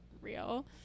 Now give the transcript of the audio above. real